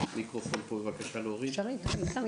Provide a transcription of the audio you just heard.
הישיבה ננעלה